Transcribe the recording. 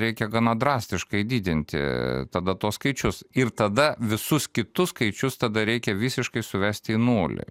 reikia gana drastiškai didinti tada tuos skaičius ir tada visus kitus skaičius tada reikia visiškai suvesti į nulį